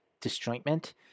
disjointment